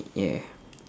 ya